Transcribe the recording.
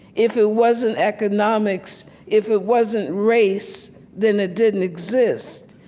if it wasn't economics, if it wasn't race, then it didn't exist.